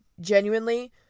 genuinely